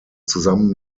zusammen